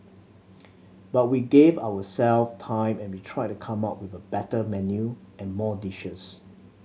but we gave our self time and we tried to come up with a better menu and more dishes